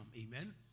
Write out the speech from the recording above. Amen